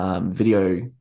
video